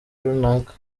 runaka